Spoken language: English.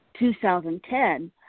2010